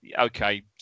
okay